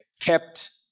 kept